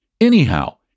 Anyhow